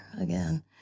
again